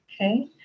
Okay